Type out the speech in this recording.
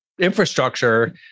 infrastructure